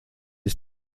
des